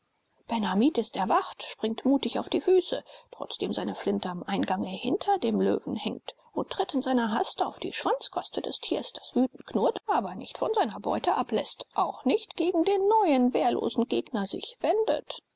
hamid ist erwacht springt mutig auf die füße trotzdem seine flinte am eingange hinter dem löwen hängt und tritt in seiner hast auf die schwanzquaste des tiers das wütend knurrt aber nicht von seiner beute abläßt auch nicht gegen den neuen wehrlosen gegner sich wendet